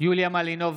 יוליה מלינובסקי,